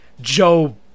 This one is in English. joe